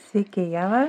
sveiki ieva